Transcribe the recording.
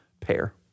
pair